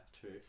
true